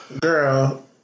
girl